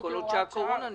כל עוד הקורונה כאן,